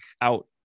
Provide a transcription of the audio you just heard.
out